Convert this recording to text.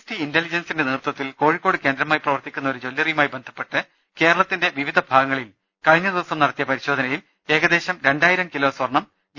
T ഇന്റലിജൻസിന്റെ നേതൃത്വത്തിൽ കോഴിക്കോട് കേന്ദ്രമാ യി പ്രവർത്തിക്കുന്ന ഒരു ജല്ലറിയുമായി ബന്ധപ്പെട്ട് കേരളത്തിന്റെ വിവിധ ഭാഗങ്ങളിൽ കഴിഞ്ഞ ദിവസം നടത്തിയ പരിശോധനയിൽ ഏകദേശം രണ്ടാ യിരം കിലോ സ്വർണം ജി